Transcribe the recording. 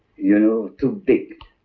you know? too big.